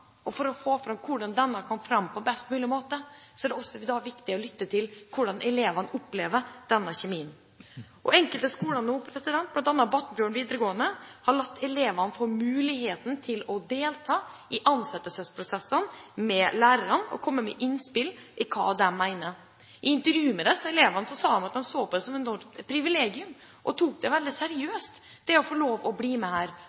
viktig å lytte til hvordan elevene opplever denne kjemien. Enkelte skoler, bl.a. Batnfjord skule, har latt elevene få mulighet til å delta i ansettelsesprosessen av lærere og komme med innspill om hva de mener. I intervju med disse elevene sa de at de så på det som et privilegium. De tok det å bli med